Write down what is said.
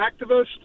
activist